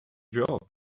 job